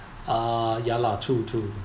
ah ya lah true true